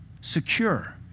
secure